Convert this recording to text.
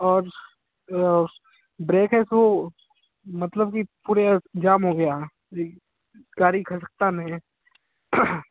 और ब्रेक है वह मतलब की पूरे जाम हो गया जी गाड़ी कलकत्ता में है